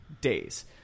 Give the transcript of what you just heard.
days